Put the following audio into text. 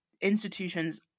institutions